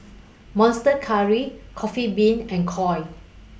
Monster Curry Coffee Bean and Koi